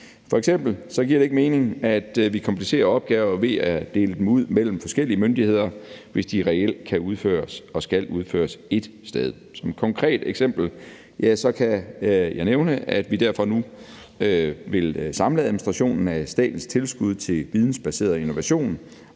F.eks. giver det ikke mening, at vi komplicerer opgaver ved at dele dem ud mellem forskellige myndigheder, hvis de reelt kan udføres og skal udføres ét sted. Som et konkret eksempel kan jeg nævne, at vi derfor nu vil samle administrationen af statens tilskud til vidensbaserede innovation